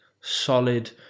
solid